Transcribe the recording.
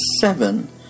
seven